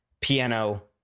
piano